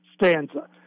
stanza